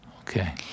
Okay